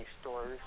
stores